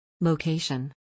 Location